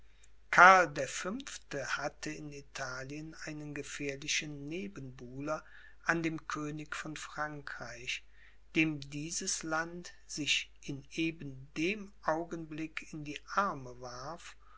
karl der fünfte hatte in italien einen gefährlichen nebenbuhler an dem könig von frankreich dem dieses land sich in eben dem augenblick in die arme warf